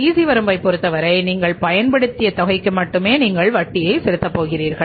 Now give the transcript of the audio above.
CC வரம்பைப் பொறுத்தவரை நீங்கள் பயன்படுத்திய தொகைக்கு மட்டுமே நீங்கள் வட்டியை செலுத்தப் போகிறீர்கள்